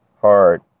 hard